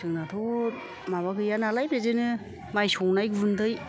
जोंनाथ' माबा गैया नालाय बेजोंनो माइ सौनाय गुन्दै